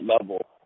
level